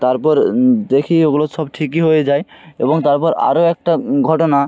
তারপরে দেখি ওগুলো সব ঠিকই হয়ে যায় এবং তারপর আরো একটা ঘটনা